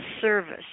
service